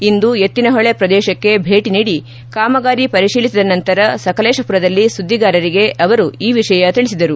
ಇಂದು ಎತ್ತಿನಹೊಳೆ ಪ್ರದೇಶಕ್ಕೆ ಭೇಟ ನೀಡಿ ಕಾಮಗಾರಿ ಪರಿಶೀಲಿಸಿದ ನಂತರ ಸಕಲೇಶಪುರದಲ್ಲಿ ಸುದ್ದಿಗಾರರಿಗೆ ಅವರು ಈ ವಿಷಯ ತಿಳಿಸಿದರು